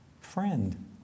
friend